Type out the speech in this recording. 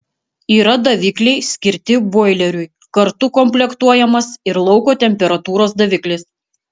yra davikliai skirti boileriui kartu komplektuojamas ir lauko temperatūros daviklis